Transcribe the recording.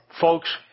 folks